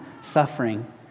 suffering